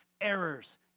errors